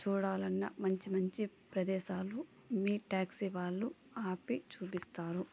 చూడాలన్నా మంచి మంచి ప్రదేశాలు మీ ట్యాక్సీ వాళ్ళు ఆపి చూపిస్తారు